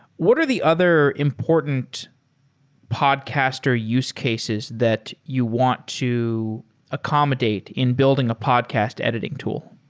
what are the other important podcaster use cases that you want to accommodate in building a podcast editing tool?